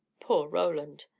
poor roland!